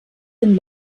den